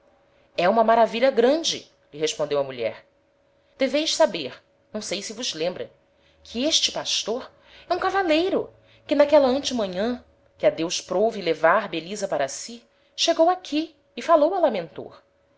é uma maravilha grande lhe respondeu a mulher deveis saber não sei se vos lembra que este pastor é um cavaleiro que n'aquela ante manhan que a deus prouve levar belisa para si chegou aqui e falou a lamentor